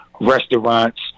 restaurants